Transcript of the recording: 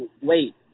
wait